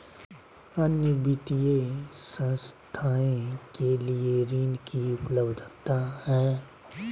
अन्य वित्तीय संस्थाएं के लिए ऋण की उपलब्धता है?